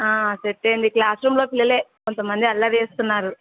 set అయింది class రూమ్ంలోకి వెళ్ళా కొంతమంది అల్లరి చేేస్తున్నారు